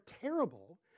terrible